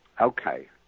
okay